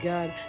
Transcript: God